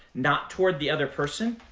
not toward the other person.